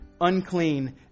unclean